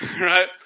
Right